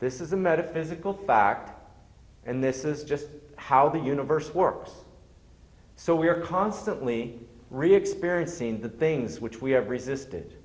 this is a metaphysical fact and this is just how the universe works so we are constantly really experiencing the things which we have resisted